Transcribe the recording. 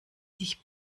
sich